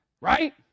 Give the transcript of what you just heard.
Right